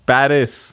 Paris